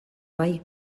bai